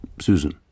Susan